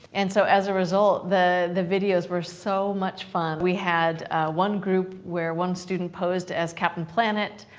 and so as a result, the the videos were so much fun. we had one group, where one student posed as captain planet,